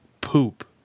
poop